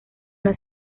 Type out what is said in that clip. una